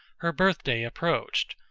her birth-day approached,